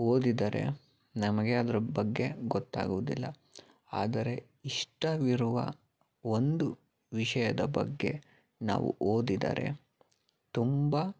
ಓದಿದರೆ ನಮಗೆ ಅದರ ಬಗ್ಗೆ ಗೊತ್ತಾಗೋದಿಲ್ಲ ಆದರೆ ಇಷ್ಟವಿರುವ ಒಂದು ವಿಷಯದ ಬಗ್ಗೆ ನಾವು ಓದಿದರೆ ತುಂಬ